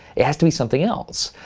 it has to be something else.